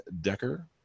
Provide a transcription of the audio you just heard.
Decker